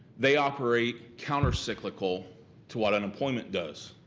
they operate counter cyclical to what unemployment does.